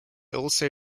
also